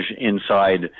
inside